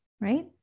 right